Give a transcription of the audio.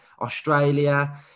Australia